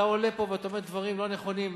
אתה עולה פה ואתה אומר דברים לא נכונים.